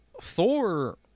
Thor